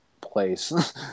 place